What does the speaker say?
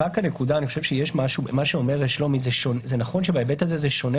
יש משהו במה שאומר שלומי - נכון שבהיבט הזה זה שונה